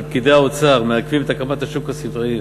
הטענה שפקידי האוצר מעכבים את הקמת השוק הסיטונאי